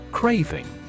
Craving